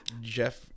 Jeff